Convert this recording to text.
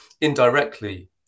indirectly